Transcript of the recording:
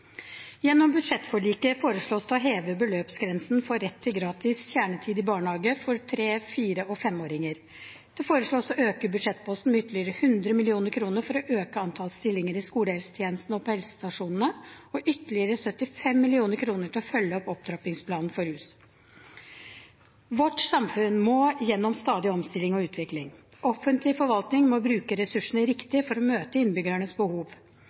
Gjennom budsjettforliket foreslås det å heve beløpsgrensen for rett til gratis kjernetid i barnehage for 3-, 4- og 5-åringer. Det foreslås å øke budsjettposten med ytterligere 100 mill. kr for å øke antallet stillinger i skolehelsetjenesten og på helsestasjonene, og ytterligere 75 mill. kr til å følge opp Opptrappingsplanen for rusfeltet. Vårt samfunn må gjennom stadig omstilling og utvikling. Offentlig forvaltning må bruke ressursene riktig for å møte innbyggernes behov.